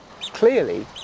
Clearly